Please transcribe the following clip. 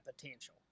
potential